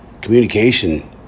communication